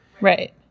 Right